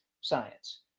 Science